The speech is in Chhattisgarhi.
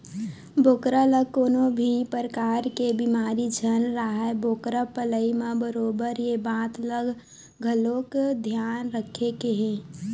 बोकरा ल कोनो भी परकार के बेमारी झन राहय बोकरा पलई म बरोबर ये बात ल घलोक धियान रखे के हे